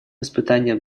испытанием